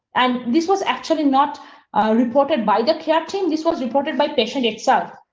and this was actually not reported by the care team. this was reported by patient itself.